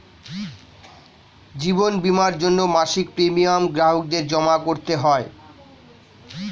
জীবন বীমার জন্যে মাসিক প্রিমিয়াম গ্রাহকদের জমা করতে হয়